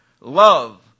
Love